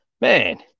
man